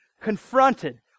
confronted